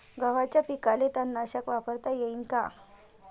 गव्हाच्या पिकाले तननाशक वापरता येईन का?